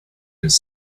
his